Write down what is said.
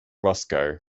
roscoe